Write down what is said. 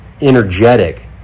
energetic